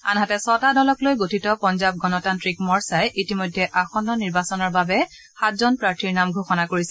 আনহাতে ছটা দলক লৈ গঠিত পঞ্জাব গণতান্ত্ৰিক মৰ্চাই ইতিমধ্যে আসন্ন নিৰ্বাচনৰ বাবে সাতজন প্ৰাৰ্থীৰ নাম ঘোষণা কৰিছে